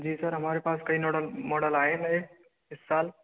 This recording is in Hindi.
जी सर हमारे पास कई नोडल मॉडल आए है नए इस साल